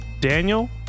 Daniel